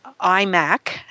iMac